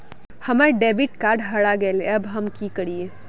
हमर debit card हरा गेले अब हम की करिये?